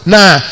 Nah